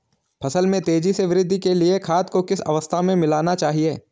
फसल में तेज़ी से वृद्धि के लिए खाद को किस अवस्था में मिलाना चाहिए?